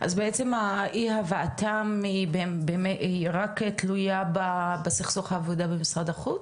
אז בעצם אי הבאתם היא רק תלויה בסכסוך העבודה במשרד החוץ?